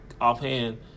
offhand